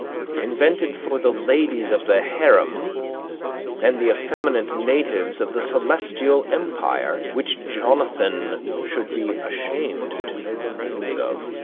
invented for the ladies of the harem and the effeminate natives of the celestial empire, which jonathan should be ashamed to know the names of.